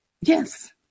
Yes